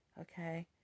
Okay